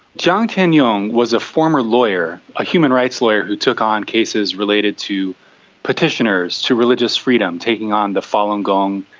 jiang tianyong was a former lawyer, a human rights lawyer who took on cases related to petitioners to religious freedom, taking on the falun gong.